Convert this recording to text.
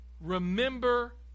Remember